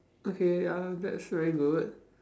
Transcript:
okay ya that's very good